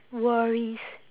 worries